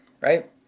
right